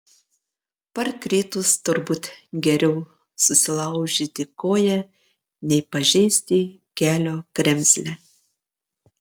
parkritus turbūt geriau susilaužyti koją nei pažeisti kelio kremzlę